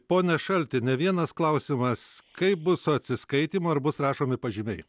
pone šalti ne vienas klausimas kaip bus su atsiskaitymu ar bus rašomi pažymiai